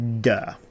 duh